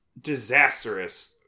disastrous